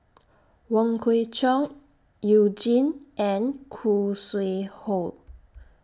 Wong Kwei Cheong YOU Jin and Khoo Sui Hoe